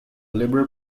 liberal